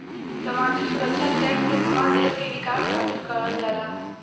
सामाजिक सुरक्षा टैक्स क इस्तेमाल देश के विकास खातिर करल जाला